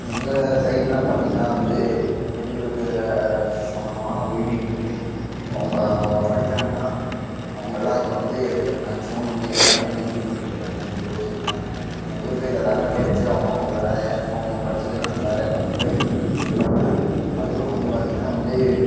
எங்கள் சைட்லாம் பார்த்திங்கன்னா வந்து பெண்களுக்கு சமமான உரிமை உண்டு அவங்க அவங்க படிச்சாங்கன்னா அவங்களாம் இப்போ வந்து மேக்ஸிமம் வந்து எல்லாருமே டிகிரி பண்ணிகிட்டு இருக்காங்க எங்கள் ஊர் சைட்லாம் எங்கள் ஊர் சைட்டில் எல்லாருமே படிச்சு அவங்க அவங்க வேலையை அவங்க படிச்சதுக்கான வேலை பார்த்துட்டு இருக்காங்க அதுவும் வந்து பார்த்திங்கன்னா வந்து